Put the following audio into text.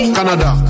Canada